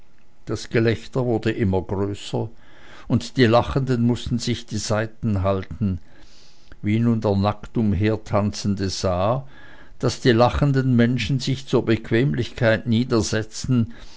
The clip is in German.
das gelächter wurde immer größer und die lachenden mußten sich die seite halten wie nun der nackt umhertanzende sah daß die lachenden menschen sich zur bequemlichkeit